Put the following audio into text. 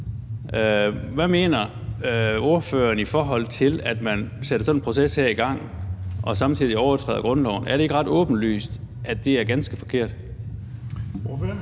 Hvad mener ordføreren om, at man sætter sådan en proces her i gang og samtidig overtræder grundloven? Er det ikke ret åbenlyst, at det er ganske forkert? Kl.